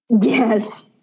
Yes